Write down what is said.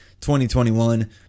2021